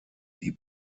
die